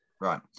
Right